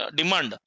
demand